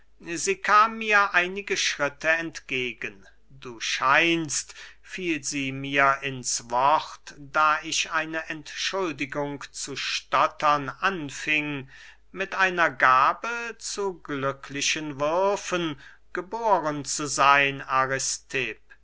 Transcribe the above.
sie kam mir einige schritte entgegen du scheinst fiel sie mir ins wort da ich eine entschuldigung zu stottern anfing mit einer gabe zu glücklichen würfen geboren zu seyn